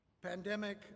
Pandemic